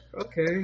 Okay